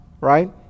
right